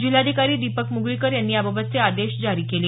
जिल्हाधिकारी दीपक मुगळीकर यांनी याबाबतचे आदेश जारी केले